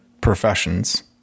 professions